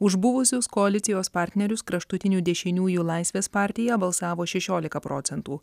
už buvusius koalicijos partnerius kraštutinių dešiniųjų laisvės partiją balsavo šešiolika procentų